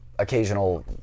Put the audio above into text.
Occasional